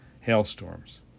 hailstorms